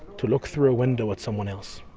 to look through a window of someone else.